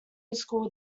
school